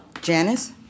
Janice